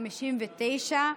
59,